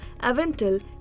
Aventil